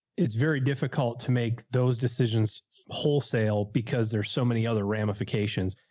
it's very difficult to make those decisions wholesale because there's so many other ramifications,